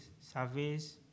surveys